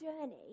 journey